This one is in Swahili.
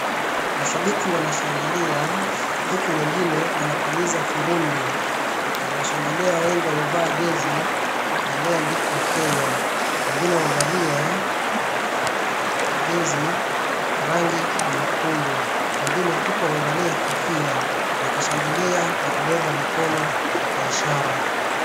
Washabiki wanashangilia huku wengine wanapuliza firimbi, wanashangilia wengi wamevaa jezi inayoandikwa Kenya, wengine wamevalia jezi rangi nyekundu, wengine huku waevalia kofia wakishangilia na kubeba mikono kwa ishara.